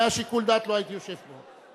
אם היה שיקול דעת, לא הייתי יושב פה.